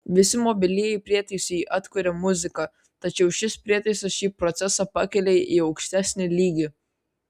visi mobilieji prietaisai atkuria muziką tačiau šis prietaisas šį procesą pakelia į aukštesnį lygį